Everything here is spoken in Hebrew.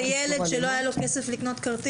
--- זה כאילו אם יש איזה ילד שלא היה לו כסף לקנות כרטיס.